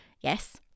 yes